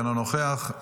אינו נוכח,